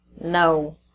No